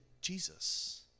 Jesus